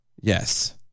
Yes